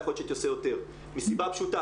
יכול להיות שהייתי עושה יותר מסיבה פשוטה